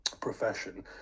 profession